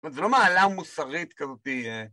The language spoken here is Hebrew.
זאת אומרת, זה לא מעלה מוסרית כזאתי